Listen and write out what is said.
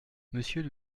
monsieur